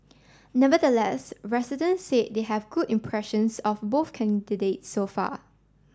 nevertheless resident said they have good impressions of both candidates so far